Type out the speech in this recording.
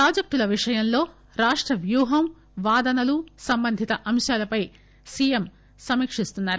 ప్రాజెక్టుల విషయంలో రాష్ట వ్యూహం వాదనలు సంబంధిత అంశాలపై సీఎం సమీకిస్తున్నారు